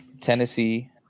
Tennessee